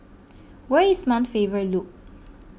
where is Mount Faber Loop